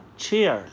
Cheer